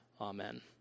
Amen